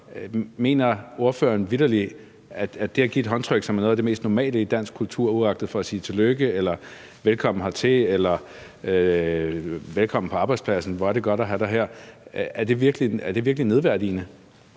Mener ordføreren vitterlig, at det at give et håndtryk, som er noget af det mest normale i dansk kultur – om det er for at sige tillykke eller velkommen hertil eller velkommen på arbejdspladsen; hvor er det godt at have dig her – er nedværdigende?